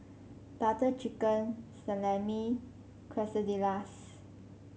Butter Chicken Salami Quesadillas